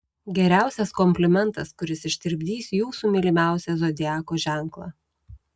geriausias komplimentas kuris ištirpdys jūsų mylimiausią zodiako ženklą